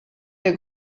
der